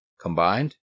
Combined